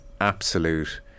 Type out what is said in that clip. absolute